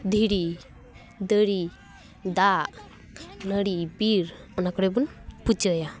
ᱫᱷᱤᱨᱤ ᱫᱟᱨᱮ ᱫᱟᱜ ᱱᱟᱹᱲᱤ ᱵᱤᱨ ᱚᱱᱟ ᱠᱚᱨᱮ ᱵᱚᱱ ᱯᱩᱡᱟᱹᱭᱟ